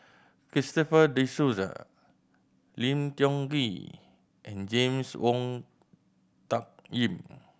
Christopher De Souza Lim Tiong Ghee and James Wong Tuck Yim